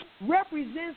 represents